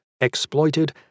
exploited